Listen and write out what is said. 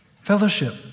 fellowship